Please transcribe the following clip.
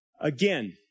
Again